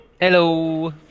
Hello